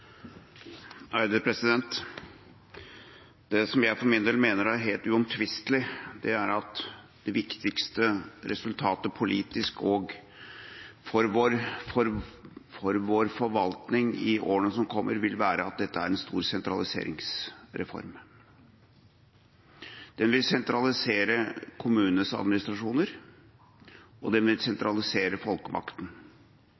helt uomtvistelig, er at det viktigste resultatet politisk og for vår forvaltning i årene som kommer, vil være at dette er en stor sentraliseringsreform. Den vil sentralisere kommunenes administrasjoner, og den vil sentralisere folkemakten.